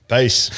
Peace